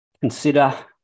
consider